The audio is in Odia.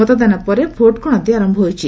ମତଦାନ ପରେ ଭୋଟ୍ ଗଣତି ଆରମ୍ଭ ହୋଇଛି